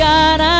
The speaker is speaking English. God